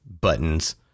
buttons